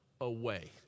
away